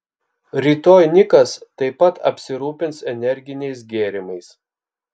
rytoj nikas taip pat apsirūpins energiniais gėrimais